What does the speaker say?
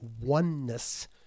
oneness